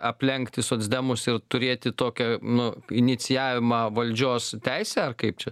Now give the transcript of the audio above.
aplenkti socdemus ir turėti tokią nu inicijavimą valdžios teisę ar kaip čia